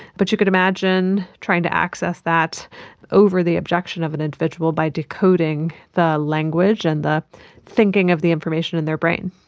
but you could imagine trying to access that over the objection of an individual by a decoding the language and the thinking of the information in their brain.